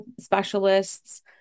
specialists